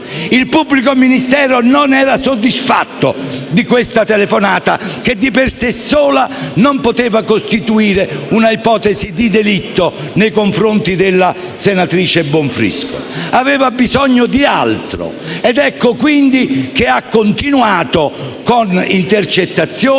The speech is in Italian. Il pubblico ministero non era soddisfatto di questa telefonata, che di per sé sola non poteva costituire un'ipotesi di delitto nei confronti della senatrice Bonfrisco; aveva bisogno di altro e quindi ha continuato con intercettazioni